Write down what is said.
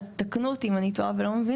אז תקנו אותי אם אני טועה או לא מבינה,